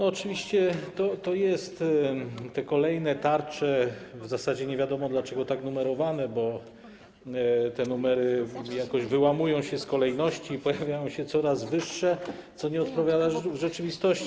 Oczywiście jest tak, że te kolejne tarcze w zasadzie nie wiadomo dlaczego są tak numerowane, bo te numery jakoś wyłamują się z kolejności i pojawiają się coraz wyższe, co nie odpowiada rzeczywistości.